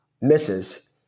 misses